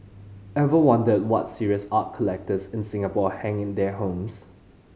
ever wondered what serious art collectors in Singapore hang in their homes